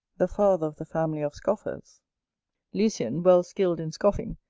the father of the family of scoffers lucian, well skilled in scoffing,